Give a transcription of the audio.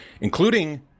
including